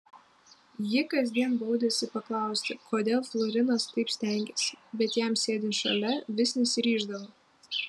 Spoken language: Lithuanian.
ji kasdien baudėsi paklausti kodėl florinas taip stengiasi bet jam sėdint šalia vis nesiryždavo